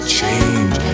change